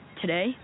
Today